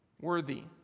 worthy